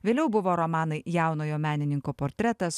vėliau buvo romanai jaunojo menininko portretas